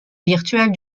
virtuelle